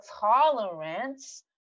tolerance